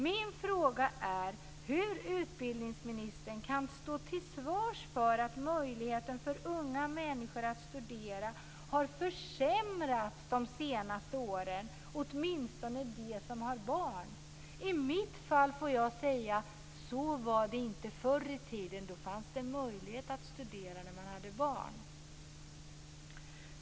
Min fråga är: Hur kan utbildningsministern stå till svars för att möjligheten för unga människor att studera har försämrats de senaste åren, åtminstone för dem som har barn? I mitt fall får jag säga: Så var det inte förr i tiden. Då fanns det möjlighet att studera när man hade barn.